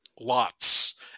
lots